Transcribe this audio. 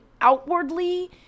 outwardly